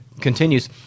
continues